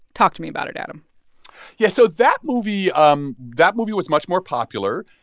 talk to me about it, adam yeah. so that movie um that movie was much more popular.